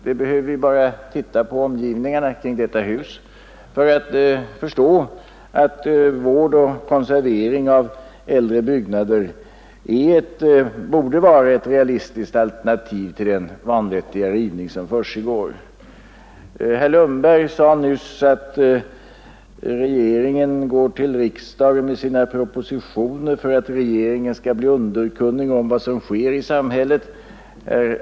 Vi behöver bara titta på omgivningarna kring detta hus för att förstå att vård och konservering av äldre byggnader borde vara ett realistiskt alternativ till den vanvettiga rivning som försiggår. Herr Lundberg sade nyss att regeringen går till riksdagen med sina propositioner för att bli underkunnig om vad som sker i samhället.